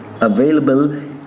available